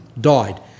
died